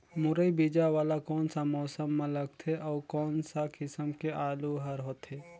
मुरई बीजा वाला कोन सा मौसम म लगथे अउ कोन सा किसम के आलू हर होथे?